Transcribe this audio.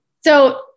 So-